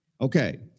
Okay